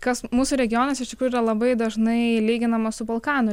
kas mūsų regionas iš tikrųjų yra labai dažnai lyginama su balkanų